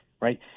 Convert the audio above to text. Right